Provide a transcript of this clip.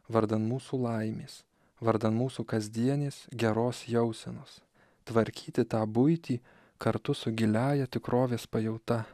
vardan mūsų laimės vardan mūsų kasdienės geros jausenos tvarkyti tą buitį kartu su giliąja tikrovės pajauta